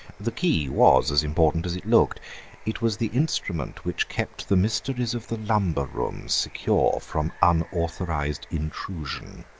the key was as important as it looked it was the instrument which kept the mysteries of the lumber room secure from unauthorised intrusion,